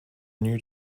new